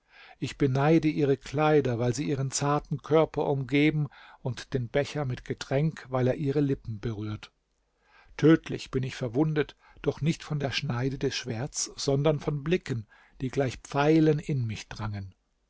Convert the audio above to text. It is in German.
ich beneide ihre kleider weil sie ihren zarten körper umgeben und den becher mit getränk weil er ihre lippen berührt tödlich bin ich verwundet doch nicht von der schneide des schwerts sondern von blicken die gleich pfeilen in mich drangen